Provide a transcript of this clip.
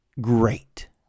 great